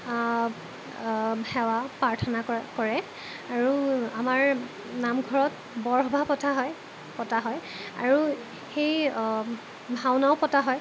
সেৱা প্ৰাৰ্থনা ক কৰে আৰু আমাৰ নামঘৰত বৰসভা পতা হয় পতা হয় আৰু সেই ভাওনাও পতা হয়